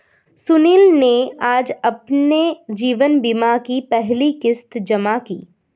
सुशील ने आज अपने जीवन बीमा की पहली किश्त जमा की